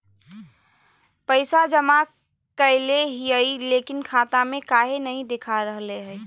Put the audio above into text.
पैसा जमा कैले हिअई, लेकिन खाता में काहे नई देखा रहले हई?